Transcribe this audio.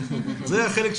זה החלק שלכם.